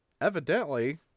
Evidently